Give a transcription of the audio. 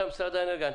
אתה משרד האנרגיה,